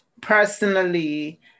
personally